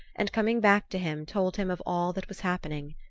and coming back to him told him of all that was happening.